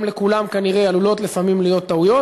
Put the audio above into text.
גם לכולם כנראה עלולות לפעמים להיות טעויות,